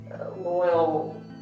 loyal